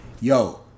Yo